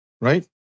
Right